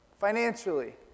financially